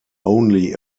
only